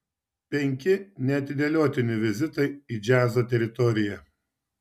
penki neatidėliotini vizitai į džiazo teritoriją